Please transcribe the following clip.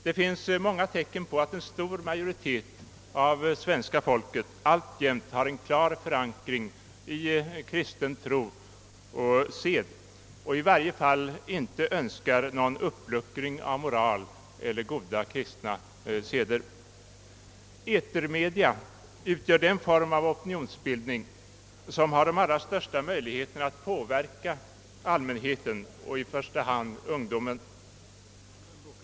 Det finns många tecken på att en stor majoritet av svenska folket alltjämt har en klar förankring i kristen tro och sed och att man i varje fall inte önskar någon uppluckring av moral eller av goda kristna seder. Etermedia utgör den form av opinionsbildande organ som har den allra största möjligheten att påverka allmänheten och i första hand ungdomen.